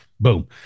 boom